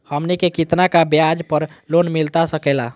हमनी के कितना का ब्याज पर लोन मिलता सकेला?